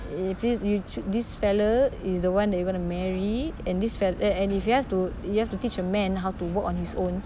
if this you choose this fella is the one that you're gonna marry and this fe~ uh and if you have to you have to teach a man how to work on his own